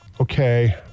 okay